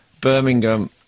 Birmingham